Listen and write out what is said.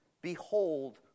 behold